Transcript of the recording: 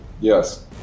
Yes